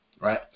right